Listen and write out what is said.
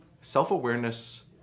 Self-awareness